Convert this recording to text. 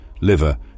liver